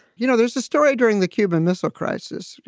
you know, there's the story during the cuban missile crisis. you